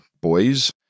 boys